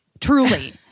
Truly